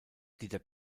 dieter